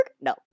No